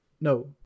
No